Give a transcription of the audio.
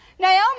Naomi